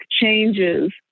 changes